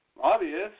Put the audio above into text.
Obvious